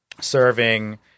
serving